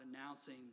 announcing